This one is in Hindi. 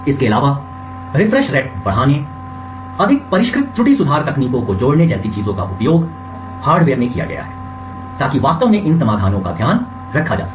इसके अलावा रिफ्रेश रेट बढ़ाने अधिक परिष्कृत त्रुटि सुधार तकनीकों को जोड़ने जैसी चीजों का उपयोग हार्डवेयर में किया गया है ताकि वास्तव में इन समाधानों का ध्यान रखा जा सके